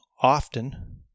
often